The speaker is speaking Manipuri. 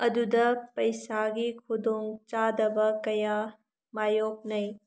ꯑꯗꯨꯗ ꯄꯩꯁꯥꯒꯤ ꯈꯨꯗꯣꯡ ꯆꯥꯗꯕ ꯀꯌꯥ ꯃꯥꯏꯌꯣꯛꯅꯩ